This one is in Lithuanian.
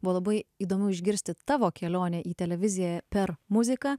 buvo labai įdomu išgirsti tavo kelionę į televiziją per muziką